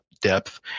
depth